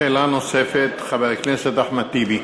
שאלה נוספת, חבר הכנסת אחמד טיבי.